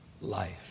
life